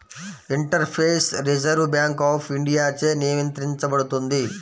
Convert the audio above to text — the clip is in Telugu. ఇంటర్ఫేస్ రిజర్వ్ బ్యాంక్ ఆఫ్ ఇండియాచే నియంత్రించబడుతుంది